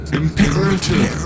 imperative